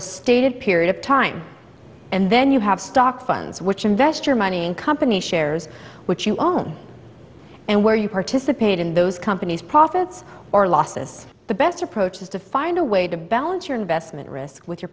a stated period of time and then you have stock funds which invest your money in company shares which you on and where you participate in those companies profits or losses the best approach is to find a way to balance your investment risk with your